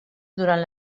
durant